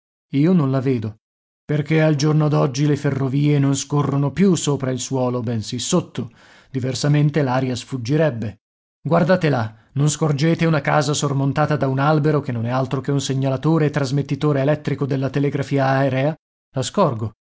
io non la vedo perché al giorno d'oggi le ferrovie non scorrono più sopra il suolo bensì sotto diversamente l'aria sfuggirebbe guardate là non scorgete una casa sormontata da un albero che non è altro che un segnalatore e trasmettitore elettrico della telegrafia aerea la scorgo